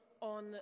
on